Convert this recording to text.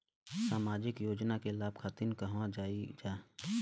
सामाजिक योजना के लाभ खातिर कहवा जाई जा?